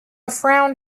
frown